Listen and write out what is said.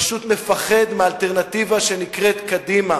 פשוט מפחד מאלטרנטיבה שנקראת קדימה.